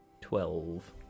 Twelve